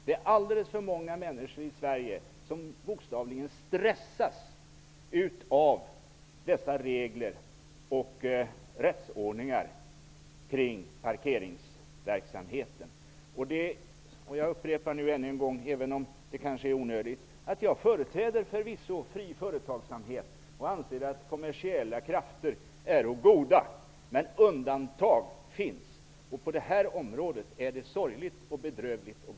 Det är alldeles för många människor i Sverige som bokstavligen stressas av regler och rättsordningar kring parkeringsverksamheten. Jag upprepar än en gång, även om det kanske är onödigt, att jag förvisso företräder fri företagsamhet och anser att kommersiella krafter äro goda. Men undantag finns. På det här området är det sorgligt och bedrövligt.